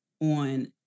on